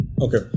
okay